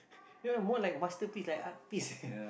they more like masterpiece like art piece